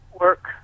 work